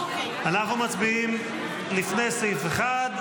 אנחנו מצביעים לפני סעיף 1,